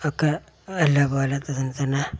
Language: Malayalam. ഒക്കെ നല്ല പോലത്തെ തന്നെ